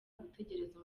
gutegereza